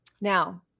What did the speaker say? Now